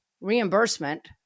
reimbursement